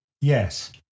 Yes